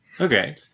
Okay